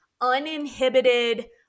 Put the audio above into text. uninhibited